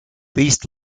leased